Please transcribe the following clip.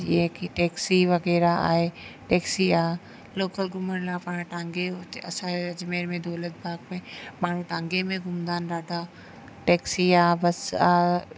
जीअं की टेक्सी वग़ैरह आहे टेक्सी आहे लोकल घुमण लाइ पाण टांगे जो असांजे अजमेर में दौलत बाग़ में माण्हू टांगे में घुमंदा आहिनि ॾाढा टेक्सी आहे बस आहे